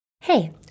Hey